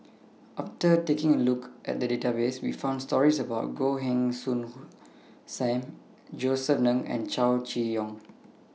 after taking A Look At The Database We found stories about Goh Heng Soon SAM Josef Ng and Chow Chee Yong